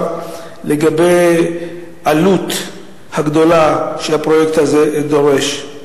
לגבי העלות הגדולה שהפרויקט הזה דורש.